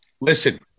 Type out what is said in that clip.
Listen